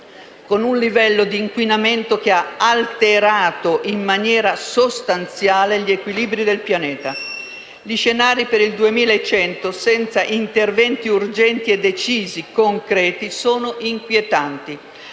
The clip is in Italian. con un livello di inquinamento che ha alterato in maniera sostanziale gli equilibri del pianeta. Gli scenari per il 2100, senza interventi urgenti, decisi e concreti sono inquietanti: